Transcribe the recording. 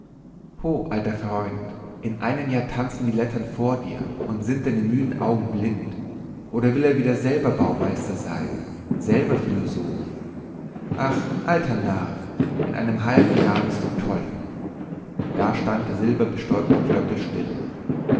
alter freund in einem jahr tanzen die lettern vor dir und sind deine müden augen blind oder will er wieder selber baumeister sein selber philosoph ach alter narr in einem halben jahr bist du toll da stand der silberbestäubte klöppel still